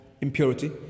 impurity